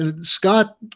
Scott